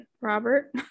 robert